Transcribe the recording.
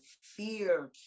fear